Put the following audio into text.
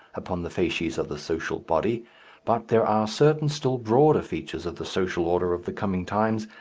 upon the facies of the social body but there are certain still broader features of the social order of the coming time,